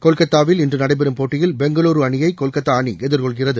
கொல்கத்தாவில் இன்று நடைபெறும் போட்டியில் பெங்களுரு அணியை கொல்கத்தா அணி எதிர்கொள்கிறது